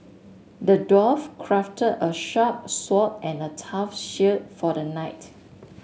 the dwarf crafted a sharp sword and a tough shield for the knight